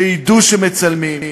שידעו שמצלמים,